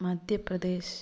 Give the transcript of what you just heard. Madhya Pradesh